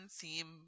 theme